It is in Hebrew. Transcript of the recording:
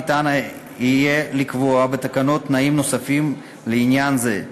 ניתן יהיה לקבוע בתקנות תנאים נוספים לעניין זה.